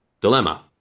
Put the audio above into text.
Dilemma